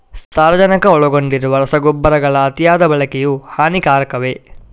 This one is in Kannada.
ಸಾರಜನಕ ಒಳಗೊಂಡಿರುವ ರಸಗೊಬ್ಬರಗಳ ಅತಿಯಾದ ಬಳಕೆಯು ಹಾನಿಕಾರಕವೇ?